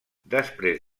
després